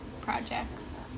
projects